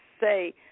say